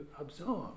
absorb